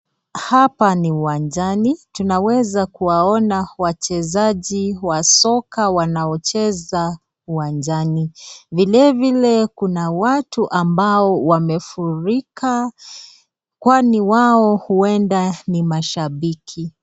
Hapa ni uwanjani, tunaweza kuwaona wachezaji wa soka wanaocheza uwanjani. Vile vile kuna watu ambao wamefurika kwani wao huenda ni mashambiki.